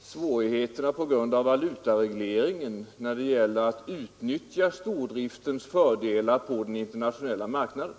svårigheterna på grund av valutaregleringen när det gäller att utnyttja stordriftens fördelar på den internationella marknaden?